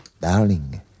darling